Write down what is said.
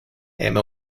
emma